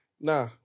Nah